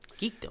Geekdom